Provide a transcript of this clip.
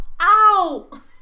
Ow